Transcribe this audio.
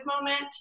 moment